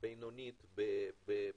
בינונית בישראל,